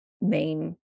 main